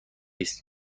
است